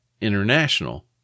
International